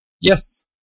Yes